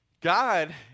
God